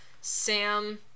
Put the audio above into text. Sam